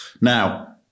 Now